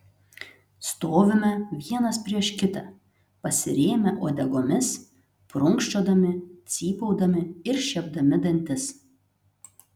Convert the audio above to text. stovime vienas prieš kitą pasirėmę uodegomis prunkščiodami cypaudami ir šiepdami dantis